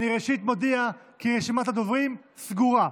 ראשית, אני מודיע כי רשימת הדוברים סגורה.